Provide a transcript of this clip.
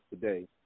today